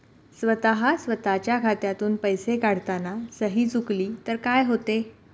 स्वतः स्वतःच्या खात्यातून पैसे काढताना सही चुकली तर काय होते?